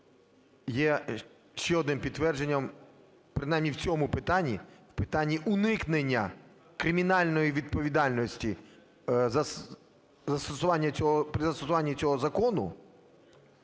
є ще одним підтвердженням, принаймні в цьому питанні, в питанні уникнення кримінальної відповідальності при застосуванні цього закону,